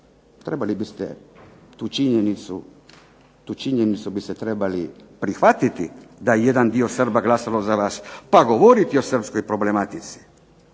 činjenicu biste trebali prihvatiti da je jedan dio Srba glasovalo za vas, pa govoriti o srpskoj problematici.